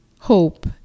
hope